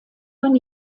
man